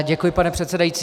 Děkuji, pane předsedající.